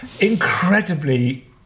incredibly